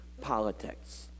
politics